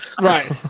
Right